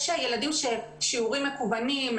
יש ילדים ששיעורים מקוונים,